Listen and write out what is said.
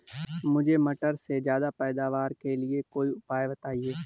मुझे मटर के ज्यादा पैदावार के लिए कोई उपाय बताए?